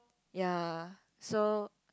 ya so